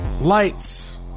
lights